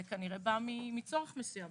זה כנראה בא מצורך מסוים.